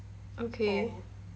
okay